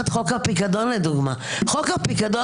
-- על זכויות חברי הכנסת,